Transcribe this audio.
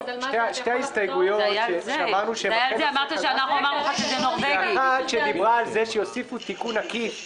אמרתי שזה לא נושא חדש.